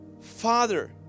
Father